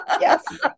Yes